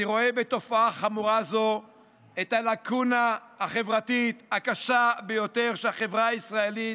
אני רואה בתופעה חמורה זו את הלקונה החברתית הקשה ביותר שהחברה הישראלית